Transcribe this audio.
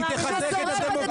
ששורפת את